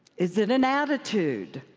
is it an attitude?